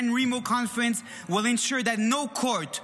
Remo Conference will ensure that no court,